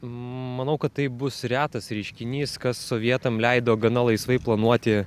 manau kad tai bus retas reiškinys kas sovietam leido gana laisvai planuoti